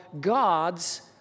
God's